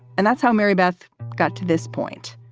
and that's how mary beth got to this point,